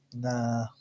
Nah